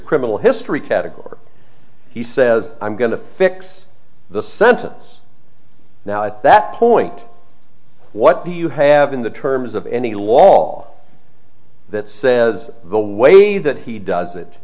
criminal history category he says i'm going to fix the sentence now at that point what do you have in the terms of any law that says the way that he does it